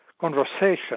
conversation